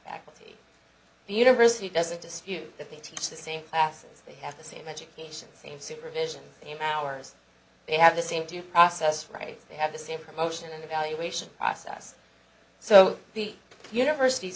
to the university doesn't dispute that they teach the same classes they have the same education same supervision same hours they have the same due process rights they have the same promotion and evaluation process so the universities